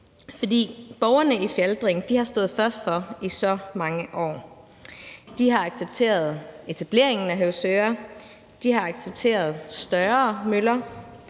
For borgerne i Fjaltring har holdt for i så mange år. De har accepteret etableringen af Høvsøre. De har accepteret større møller.